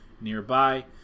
nearby